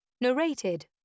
Narrated